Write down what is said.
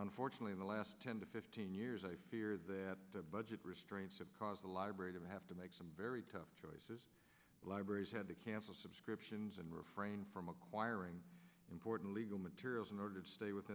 unfortunately in the last ten to fifteen years i fear that the budget restraints have caused the library to have to make some very tough choices libraries had to cancel subscriptions and refrain from acquiring important legal materials in order to stay within